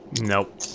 Nope